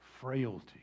frailty